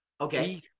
Okay